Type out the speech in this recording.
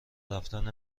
رفتن